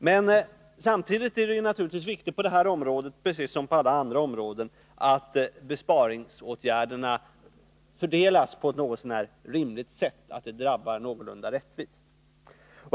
Men samtidigt är det naturligtvis viktigt på detta område liksom på alla Nr 28 andra områden att besparingsåtgärderna fördelas på ett något så när rimligt sätt och att de drabbar någorlunda rättvist.